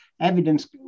evidence